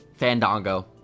Fandango